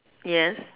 yes